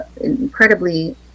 incredibly